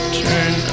turn